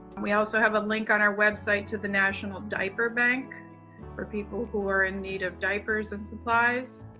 we also have a link on our website to the national diaper bank for people who are in need of diapers and supplies